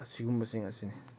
ꯑꯁꯤꯒꯨꯝꯕꯁꯤꯡ ꯑꯁꯤꯅꯤ